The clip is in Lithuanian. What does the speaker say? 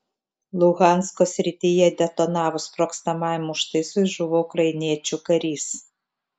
luhansko srityje detonavus sprogstamajam užtaisui žuvo ukrainiečių karys